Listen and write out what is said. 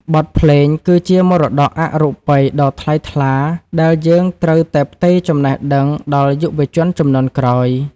បទភ្លេងគឺជាមរតកអរូបិយដ៏ថ្លៃថ្លា ដែលយើងត្រូវតែផ្ទេរចំណេះដឹងដល់យុវជនជំនាន់ក្រោយ។